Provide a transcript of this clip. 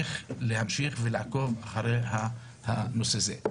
צריך להמשיך ולעקוב אחרי הנושא הזה.